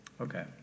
Okay